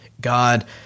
God